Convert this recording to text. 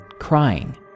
crying